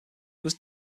was